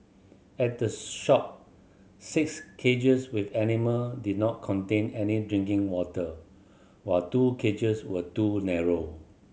at the shop six cages with animal did not contain any drinking water while two cages were too narrow